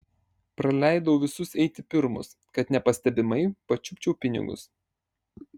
praleidau visus eiti pirmus kad nepastebimai pačiupčiau pinigus